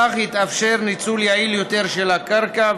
בכך יתאפשר ניצול יעיל יותר של הקרקע,